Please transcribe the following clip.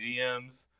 GMs